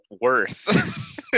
worse